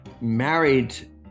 married